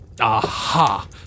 Aha